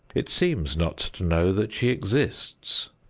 it seems not to know that she exists.